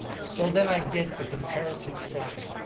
so then i did a comparison study.